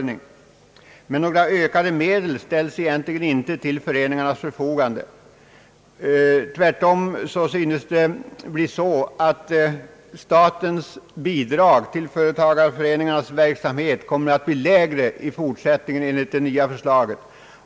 Några ökade medel ställs dock egentligen inte till föreningarnas förfogande. Tvärtom synes statens bidrag till företagareföreningarnas verksamhet komma att bli lägre i fortsättningen enligt det nya förslaget.